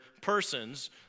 persons